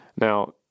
Now